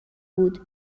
بود